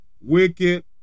wicked